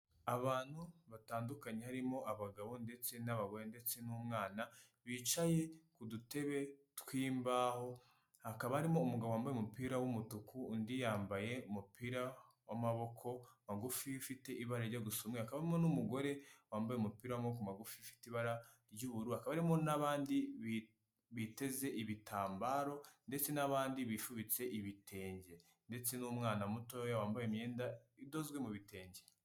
Abantu batandukanye harimo abagabo ndetse n'abagore ndetse n'umwana bicaye ku dutebe tw'imbaho hakaba harimo umugabo wambaye umupira w'umutuku undi yambaye umupira w'amaboko magufi ufite ibara rijya gusa umweru, hakabamo n'umugore wambaye umupira w'amaboko magufi ifite ibara ry'ubururu, hakaba harimo n'abandi biteze ibitambaro ndetse n'abandi bifubitse ibitenge ndetse n'umwana mutoya wambaye imyenda idozwe mu bitenge.